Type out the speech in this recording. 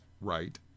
right